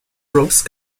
rose